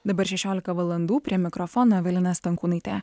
dabar šešiolika valandų prie mikrofono evelina stankūnaitė